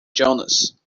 jonas